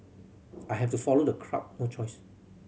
I have to follow the crowd no choice